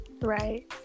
right